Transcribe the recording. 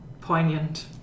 Poignant